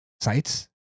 sites